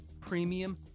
premium